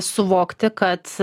suvokti kad